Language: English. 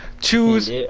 Choose